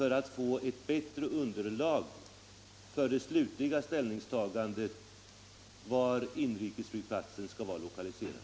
Man får ett bättre underlag för det slutliga ställningstagandet var inrikesflygplatsen skall vara lokaliserad.